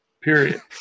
Period